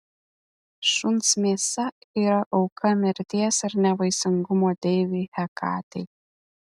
šuns mėsa yra auka mirties ir nevaisingumo deivei hekatei